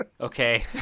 Okay